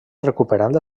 recuperant